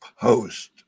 post